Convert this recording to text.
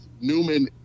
Newman